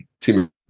Team